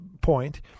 point